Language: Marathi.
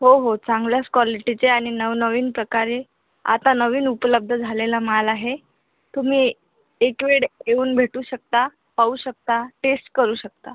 हो हो चांगल्याच क्वालिटीचे आणि नवनवीन प्रकारे आता नवीन उपलब्ध झालेला माल आहे तुम्ही एकवेळ येऊन भेटू शकता पाहू शकता टेस्ट करू शकता